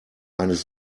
eines